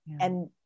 and-